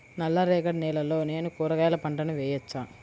నల్ల రేగడి నేలలో నేను కూరగాయల పంటను వేయచ్చా?